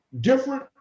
different